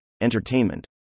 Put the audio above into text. entertainment